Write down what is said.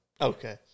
Okay